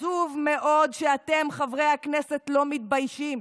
עצוב מאוד שאתם חברי הכנסת לא מתביישים,